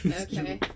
Okay